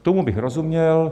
Tomu bych rozuměl.